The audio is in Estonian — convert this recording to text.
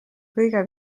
kõige